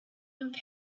and